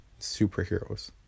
superheroes